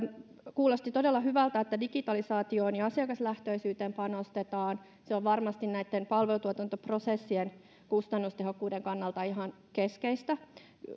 kuulosti todella hyvältä että digitalisaatioon ja asiakaslähtöisyyteen panostetaan se on varmasti näitten palvelutuotantoprosessien kustannustehokkuuden kannalta ihan keskeistä